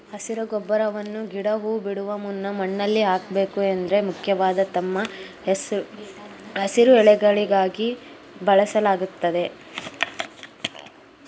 ಹಸಿರು ಗೊಬ್ಬರವನ್ನ ಗಿಡ ಹೂ ಬಿಡುವ ಮುನ್ನ ಮಣ್ಣಲ್ಲಿ ಹಾಕ್ಬೇಕು ಏಕೆಂದ್ರೆ ಮುಖ್ಯವಾಗಿ ತಮ್ಮ ಹಸಿರು ಎಲೆಗಳಿಗಾಗಿ ಬೆಳೆಸಲಾಗ್ತದೆ